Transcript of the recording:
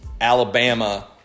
Alabama